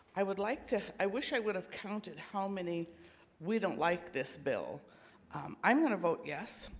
i would like to i wish i would have counted how many we don't like this bill i'm gonna vote. yes.